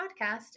podcast